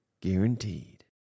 guaranteed